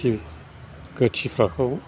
खिथि गोथिफ्राखौ